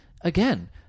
again